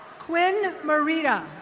quinn merida.